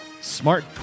smart